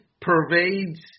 pervades